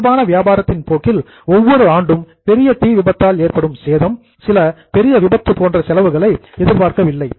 இயல்பான வியாபாரத்தின் போக்கில் ஒவ்வொரு ஆண்டும் பெரிய தீ விபத்தால் ஏற்படும் சேதம் சில பெரிய விபத்து போன்ற செலவுகளை எதிர்பார்க்கவில்லை